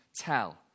tell